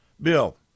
Bill